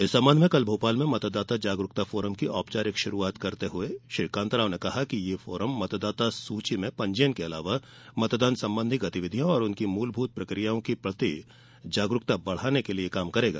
इस संबंध में कल भोपाल में मतदाता जागरूकता फोरम की औपचारिक शुरूआत करते हुए कांताराव ने कहा कि यह फोरम मतदाता सूची में पंजीयन के अलावा मतदान संबंधी गतिविधियों और उनकी मूलभूत प्रकियाओं के प्रति जागरूकता बढ़ाने के लिये काम करेगा